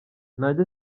ntajya